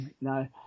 no